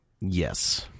yes